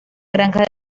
granja